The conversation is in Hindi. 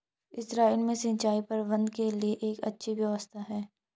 इसराइल में सिंचाई प्रबंधन के लिए एक अच्छी व्यवस्था है